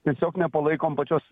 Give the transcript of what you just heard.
tiesiog nepalaikom pačios